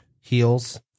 heels